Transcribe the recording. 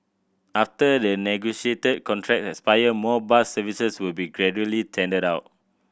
after the negotiated contracts expire more bus services will be gradually tendered out